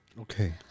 Okay